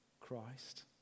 Christ